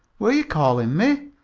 were you calling me?